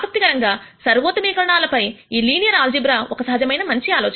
ఆసక్తికరంగా సర్వోత్తమీకరణల పై ఈ లీనియర్ ఆల్జీబ్రా ఒక సహజమైన మంచి ఆలోచన